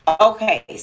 Okay